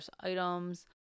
items